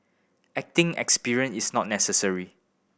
acting experience is not necessary